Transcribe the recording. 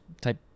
type